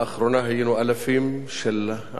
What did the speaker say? אלפים של ערבים ויהודים,